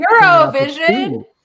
Eurovision